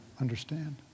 understand